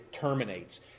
terminates